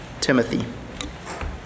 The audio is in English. Timothy